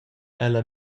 ella